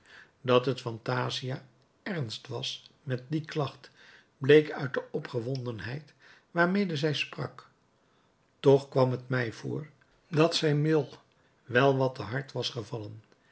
dat het phantasia ernst was met die klacht bleek uit de opgewondenheid waarmede zij sprak toch kwam het mij voor dat zij mill wel wat te hard was gevallen